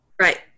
Right